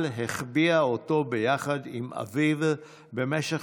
אבל החביאה אותו ביחד עם אביו במשך